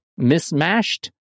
mismashed